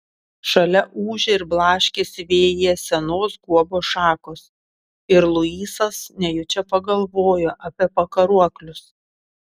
šalia ūžė ir blaškėsi vėjyje senos guobos šakos ir luisas nejučia pagalvojo apie pakaruoklius